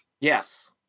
Yes